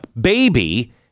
baby